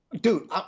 Dude